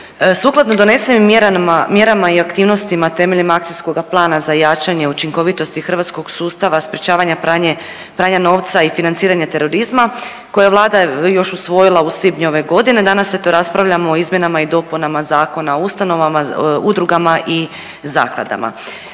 Sukladno donesenim mjerama i aktivnostima temeljem akcijskoga plana za jačanje učinkovitosti hrvatskog sustava sprječavanja pranja novca i financiranja terorizma koje je Vlada još usvojila u svibnju ove godine, danas eto raspravljamo o izmjenama i dopunama Zakona o ustanovama, udrugama i zakladama.